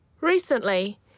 Recently